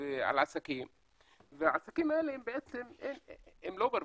ועסקים והעסקים האלה לא מרוויחים,